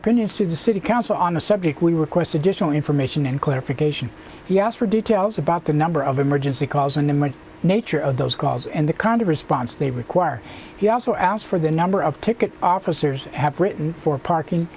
opinions to the city council on the subject we request additional information and clarification you asked for details about the number of emergency calls and the nature of those calls and the kind of response they require he also asked for the number of ticket officers have written for parking